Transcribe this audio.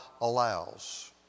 allows